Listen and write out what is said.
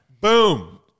Boom